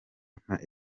nka